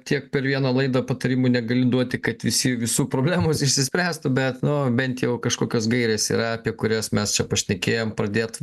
tiek per vieną laidą patarimų negali duoti kad visi visų problemos išsispręstų bet nu bent jau kažkokios gairės yra apie kurias mes čia pašnekėjom pradėt